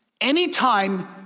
Anytime